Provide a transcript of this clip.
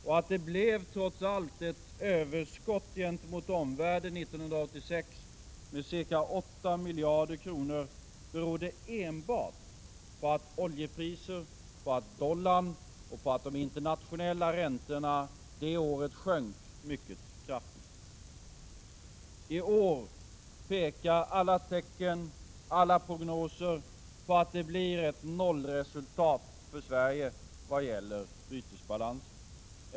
Och att det trots allt blev ett överskott gentemot omvärlden 1986 på ca 8 miljarder berodde enbart på att oljepriserna, dollarn och de internationella räntorna det året sjönk mycket kraftigt. I år pekar alla tecken och alla prognoser på att det blir ett nollresultat för Sverige vad gäller bytesbalansen.